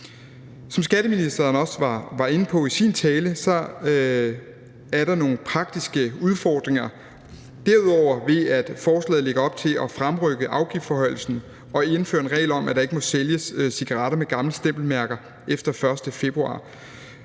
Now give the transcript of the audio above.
Som skatteministeren også var inde på i sin tale, er der derudover nogle praktiske udfordringer ved, at forslaget lægger op til at fremrykke afgiftsforhøjelsen og indføre en regel om, at der ikke må sælges cigaretter med gamle stempelmærker efter den 1. februar,